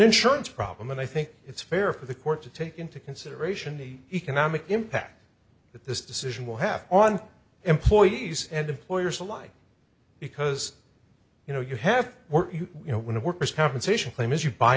insurance problem and i think it's fair for the court to take into consideration the economic impact that this decision will have on employees and employers alike because you know you have you know when a worker's compensation claim is you buy